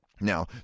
Now